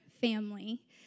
family